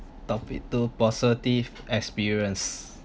topic two positive experience